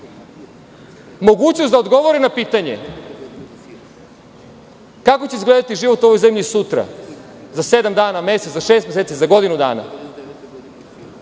mogućnost da odgovore na pitanje kako će izgledati život u ovoj zemlji sutra, za sedam dana, za mesec dana, za šest meseci, za godinu